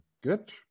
good